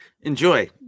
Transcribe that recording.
Enjoy